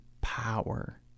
power